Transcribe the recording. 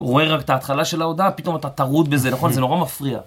הוא רואה רק את ההתחלה של ההודעה, פתאום אתה טרוד בזה, נכון? זה נורא מפריע.